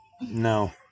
No